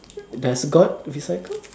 does God recycle